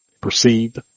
Perceived